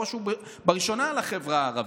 ובראש ובראשונה על החברה הערבית,